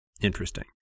interesting